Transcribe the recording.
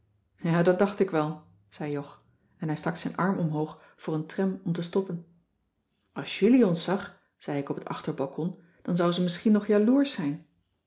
ja dat dacht ik wel zei jog en hij stak zijn arm omhoog voor een tram om te stoppen als julie ons zag zei ik op het achterbalcon dan zou ze misschien nog jaloersch zijn